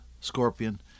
scorpion